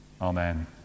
Amen